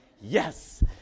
Yes